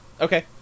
Okay